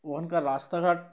ওখানকার রাস্তাঘাট